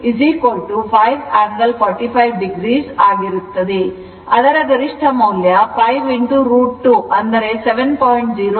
ಅದರ ಗರಿಷ್ಠ ಮೌಲ್ಯ 5 √ 2 ಅಂದರೆ 7